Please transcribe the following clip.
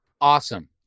awesome